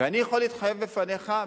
ואני יכול להתחייב בפניך,